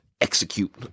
execute